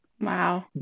Wow